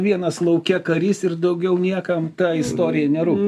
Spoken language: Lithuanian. vienas lauke karys ir daugiau niekam ta istorija nerūpi